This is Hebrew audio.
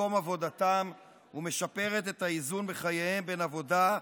ממקום עבודתם ומשפרת את האיזון בחייהם בין עבודה,